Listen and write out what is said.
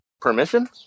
permission